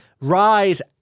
rise